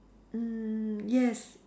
mm yes